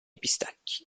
pistacchi